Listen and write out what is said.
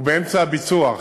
הוא באמצע הביצוע.